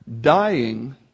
dying